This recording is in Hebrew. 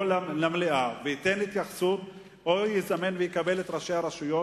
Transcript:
למליאה וייתן התייחסות או יזמן ויקבל את ראשי הרשויות